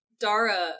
Dara